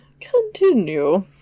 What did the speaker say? continue